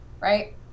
right